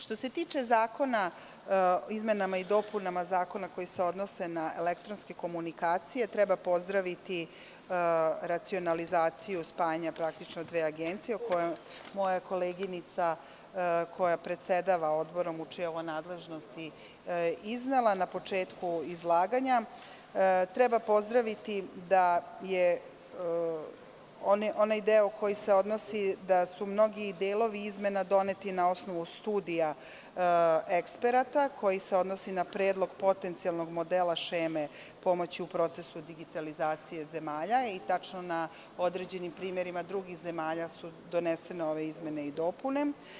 Što se tiče izmena i dopuna zakona koji se odnosi na elektronske komunikacije treba pozdraviti racionalizaciju, praktično spajanja dve agencije o kojoj je moja koleginica koja predsedava Odborom, u čijoj nadležnosti je, iznela na početku izlaganja, treba pozdraviti onaj deo koji se odnosi da su mnogi delovi izmena doneti na osnovu studija eksperata koji se odnosi na predlog potencionalnog modela šeme pomoći u procesu digitalizacije zemalja i tačno na određenim primerima drugih zemalja su donešene ove izmene i dopune.